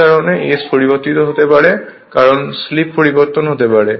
কারণ এই S পরিবর্তন হতে পারে কারণ স্লিপ পরিবর্তন হতে পারে